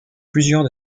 plusieurs